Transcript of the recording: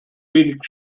wenig